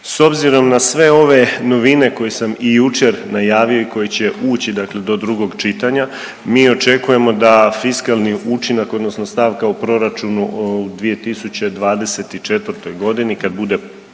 S obzirom na sve ove novine koje sam i jučer najavio i koji će ući, dakle do drugog čitanja mi očekujemo da fiskalni učinak, odnosno stavka u proračunu u 2024. godini kad bude